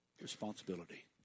responsibility